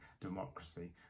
democracy